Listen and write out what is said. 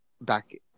back